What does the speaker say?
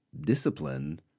discipline